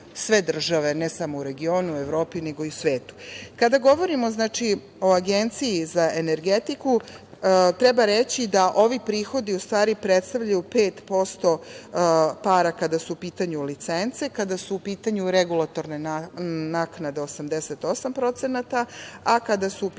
sve države ne samo u regionu i Evropi, nego i u svetu. Kada govorimo o Agenciji za energetiku, treba reći da ovi prihodi u stvari predstavljaju 5% para kada su u pitanju licence, kada su u pitanju regulatorne naknade 88%, a kada su u